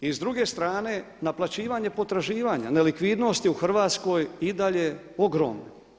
I s druge strane naplaćivanje potraživanja, nelikvidnost je u Hrvatskoj i dalje ogromna.